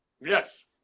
Yes